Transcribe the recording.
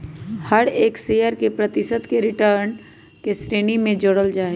हर एक शेयर के प्रतिशत के पूर्ण रिटर्न के श्रेणी में जोडल जाहई